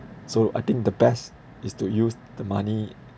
so I think the best is to use the money